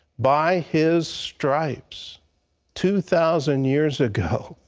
by his stripes two thousand years ago,